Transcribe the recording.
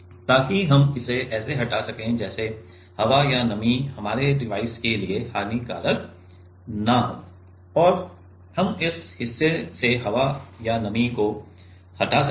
ताकि हम इसे ऐसे हटा सकें जैसे हवा या नमी हमारे डिवाइस के लिए हानिकारक नहीं है और हम इस हिस्से से हवा या नमी को हटा सकते हैं